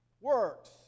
works